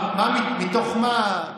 את המשפט אחרון.